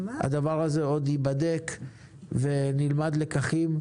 הדבר הזה עוד ייבדק ונלמד לקחים,